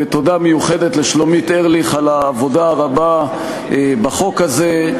ותודה מיוחדת לשלומית ארליך על העבודה הרבה בחוק הזה.